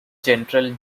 general